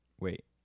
Wait